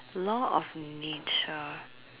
law of nature